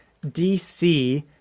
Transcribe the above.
DC